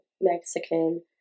Mexican